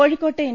കോഴിക്കോട്ടെ എൻ